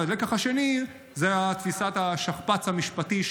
הלקח השני הוא תפיסת השכפ"ץ המשפטי,